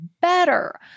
better